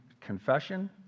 confession